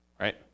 Right